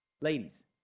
Ladies